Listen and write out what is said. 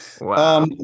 Wow